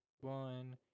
one